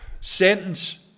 sentence